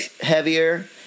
heavier